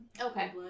Okay